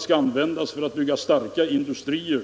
AP-fonderna för att bygga starka industrier.